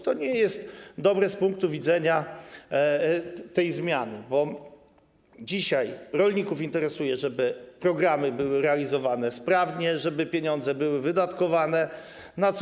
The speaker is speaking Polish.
To nie jest dobre z punktu widzenia tej zmiany, bo dzisiaj rolników interesuje to, żeby programy były realizowane sprawnie, żeby były wydatkowane pieniądze.